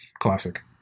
Classic